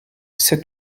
sept